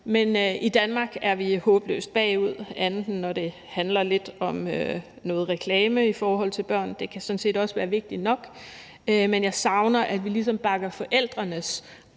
men i Danmark er vi er håbløst bagud, bortset fra når det handler lidt om noget reklame i forhold til børn. Det kan sådan set også være vigtigt nok, men jeg savner, at vi ligesom bakker forældrenes